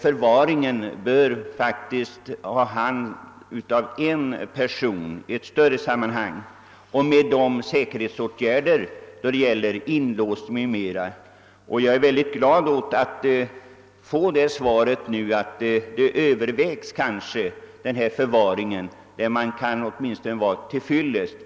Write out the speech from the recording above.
Förvaringen bör handhas av en person i ett större sammanhang och med säkerhetsåtgärder beträffande inlåsning m.m. Jag är glad över att nu ha fått svaret att man överväger en sådan förvaring som kan vara till fyllest.